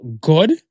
good